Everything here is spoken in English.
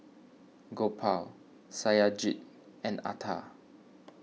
Gopal Satyajit and Atal